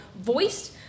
voiced